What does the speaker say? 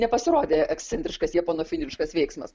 nepasirodė ekscentriškas japonofiliškas veiksmas